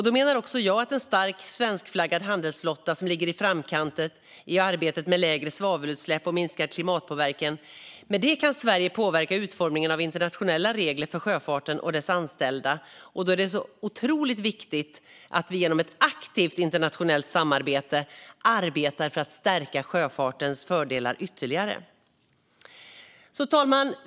Då menar också jag att Sverige, med en stark svenskflaggad handelsflotta som ligger i framkant i arbetet med lägre svavelutsläpp och minskad klimatpåverkan, kan påverka utformningen av internationella regler för sjöfarten och dess anställda. Då är det så otroligt viktigt att vi genom ett aktivt internationellt samarbete arbetar för att stärka sjöfartens fördelar ytterligare. Fru talman!